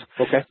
Okay